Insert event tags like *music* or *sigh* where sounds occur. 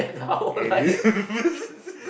and *laughs*